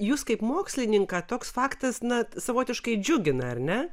jus kaip mokslininką toks faktas na savotiškai džiugina ar ne